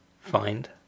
Find